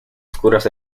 oscuras